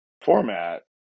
format